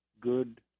good